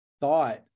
thought